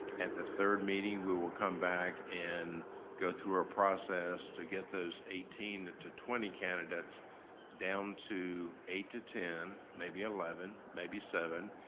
at the third meeting, we will come back and go through our process to get those eighteen to twenty candidates down to eight to ten, maybe eleven, maybe seven,